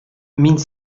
мин